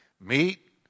Meat